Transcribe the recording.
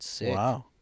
Wow